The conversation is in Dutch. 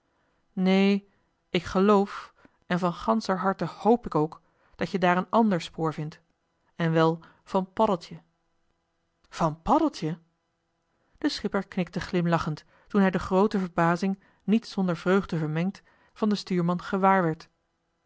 neen ik geloof en van ganscher harte hoop ik ook dat je daar een ander spoor vindt en wel van paddeltje van paddeltje de schipper knikte glimlachend toen hij de groote verbazing niet zonder vreugde vermengd van den stuurman